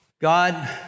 God